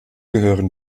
gehören